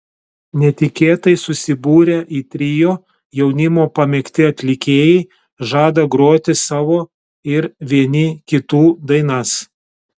netikėtai susibūrę į trio jaunimo pamėgti atlikėjai žada groti savo ir vieni kitų dainas